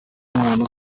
umuntu